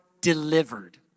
delivered